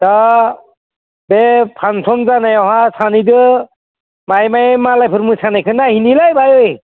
दा बे फांसन जानायावहाय सानैजों बाहाइ बाहाइ मालायफोर मोसानायखौ नाहैनिलै भाइ